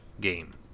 game